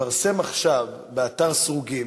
מתפרסם עכשיו באתר "סרוגים",